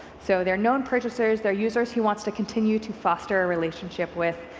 so they're known purchasers, they're users he wants to continue to foster a relationship with,